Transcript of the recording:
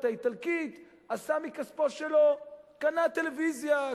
האיטלקית עשה מכספו שלו: קנה טלוויזיה,